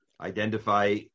identify